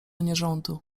nierządu